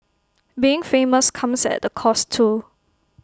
being famous comes at A cost too